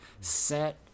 set